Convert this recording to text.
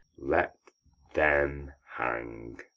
let them hang.